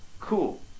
Cool